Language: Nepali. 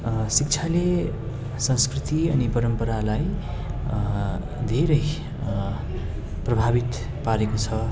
शिक्षाले संस्कृति अनि परम्परालाई धेरै प्रभावित पारेको छ